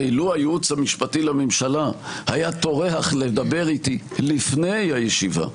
הרי לו הייעוץ המשפטי לממשלה היה טורח לדבר איתי לפני הישיבה,